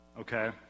Okay